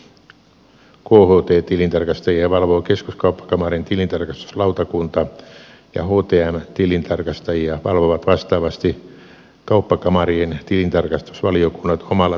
kht tilintarkastajia valvoo keskuskauppakamarin tilintarkastuslautakunta ja htm tilintarkastajia valvovat vastaavasti kauppakamarien tilintarkastusvaliokunnat omalla toimialueellaan